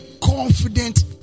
confident